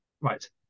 right